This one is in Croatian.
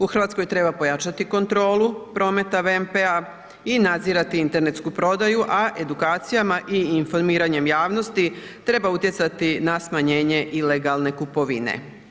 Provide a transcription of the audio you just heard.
U RH treba pojačati kontrolu prometa VMP-a i nadzirati internetsku prodaju, a edukacijama i informiranjem javnosti treba utjecati na smanjenje ilegalne kupovine.